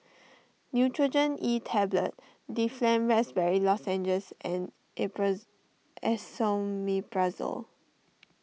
Nurogen E Tablet Difflam Raspberry Lozenges and April Esomeprazole